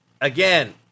again